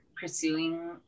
pursuing